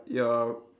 you're